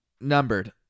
numbered